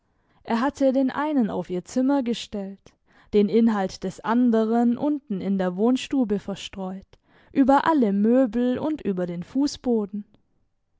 er hatte den einen auf ihr zimmer gestellt den inhalt des anderen unten in der wohnstube verstreut über alle möbel und über den fussboden